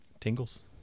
Tingles